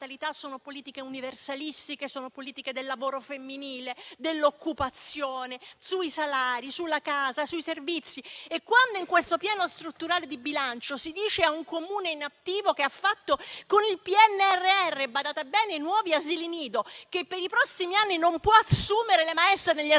sono politiche universalistiche, sono politiche del lavoro femminile, dell'occupazione, sui salari, sulla casa, sui servizi. Se in questo Piano strutturale di bilancio si dice a un Comune in attivo, che ha fatto nuovi asili nido con il PNRR (badate bene), che per i prossimi anni non può assumere le maestre negli asili